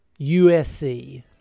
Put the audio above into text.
USC